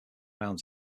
round